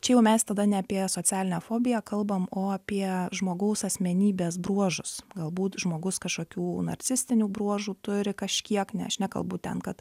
čia jau mes tada ne apie socialinę fobiją kalbam o apie žmogaus asmenybės bruožus galbūt žmogus kažkokių narcisistinių bruožų turi kažkiek ne aš nekalbu ten kad